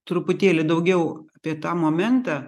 truputėlį daugiau apie tą momentą